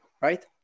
Right